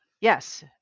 Yes